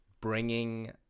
bringing